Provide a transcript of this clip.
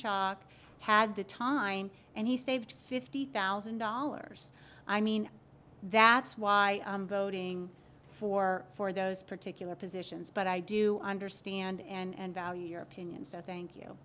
chalk had the time and he saved fifty thousand dollars i mean that's why i'm voting for for those particular positions but i do understand and value your opinion so thank you